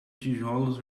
tijolos